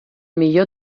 millor